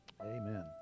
Amen